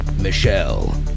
Michelle